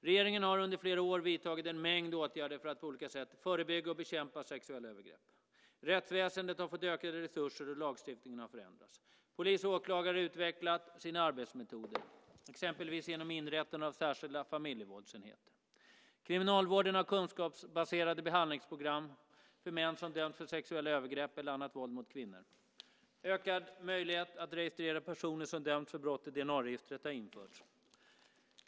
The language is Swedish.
Regeringen har under flera år vidtagit en mängd åtgärder för att på olika sätt förebygga och bekämpa sexuella övergrepp. Rättsväsendet har fått ökade resurser och lagstiftningen har förändrats. Polis och åklagare har utvecklat sina arbetsmetoder, exempelvis genom inrättandet av särskilda familjevåldsenheter. Kriminalvården har kunskapsbaserade behandlingsprogram för män som döms för sexuella övergrepp eller annat våld mot kvinnor. Ökad möjlighet att registrera personer som döms för brott i dna-registret har införts.